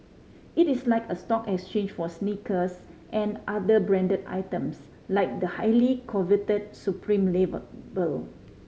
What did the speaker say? it is like a stock exchange for sneakers and other branded items like the highly coveted Supreme label